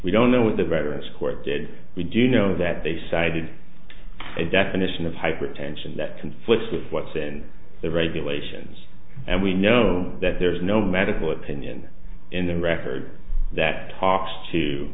we don't know what the veterans court did we do know that they cited a definition of hypertension that conflicts with what's in the regulations and we know that there is no medical opinion in the record that talks to